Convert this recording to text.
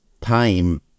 time